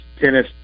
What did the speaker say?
tennis